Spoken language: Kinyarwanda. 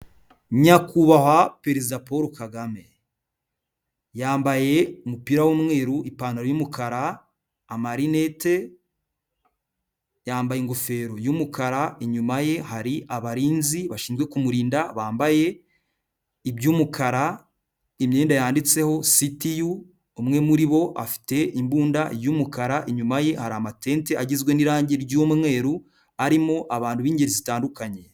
Nyakubahwa perezida Paul Kagame, yambaye umupira w'umweru, ipantaro y'umukara, amarinete, yambaye ingofero y'umukara, inyuma ye hari abarinzi bashinzwe kumurinda, bambaye iby'umukara, imyenda yanditseho CTU, umwe muri bo afite imbunda y'umukara, inyuma ye hara amatente agizwe n'irangi ry'umweru, arimo abantu b'ingeri zitandukanye.